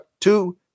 two